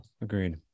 agreed